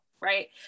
right